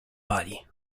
pali